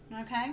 okay